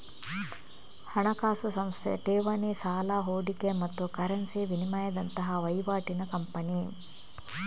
ಹಣಕಾಸು ಸಂಸ್ಥೆ ಠೇವಣಿ, ಸಾಲ, ಹೂಡಿಕೆ ಮತ್ತು ಕರೆನ್ಸಿ ವಿನಿಮಯದಂತಹ ವೈವಾಟಿನ ಕಂಪನಿ